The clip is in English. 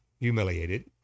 humiliated